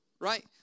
right